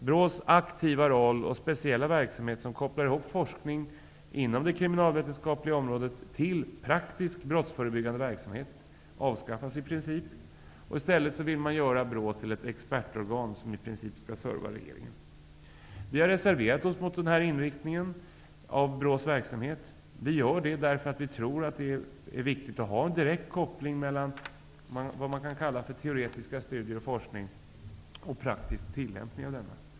BRÅ:s aktiva roll och speciella verksamhet, som kopplar ihop forskning inom det kriminalvetenskapliga området med praktisk brottsförebyggande verksamhet, avskaffas i princip, och i stället vill man göra BRÅ till ett expertorgan, som i princip skall serva regeringen. Vi har reserverat oss mot den här inriktningen av BRÅ:s verksamhet. Vi gör det därför att vi tror att det är viktigt att ha en direkt koppling mellan vad man kan kalla teoretiska studier och forskning och praktisk tillämpning av dessa.